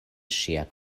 ŝia